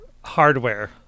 hardware